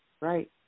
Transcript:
Right